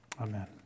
Amen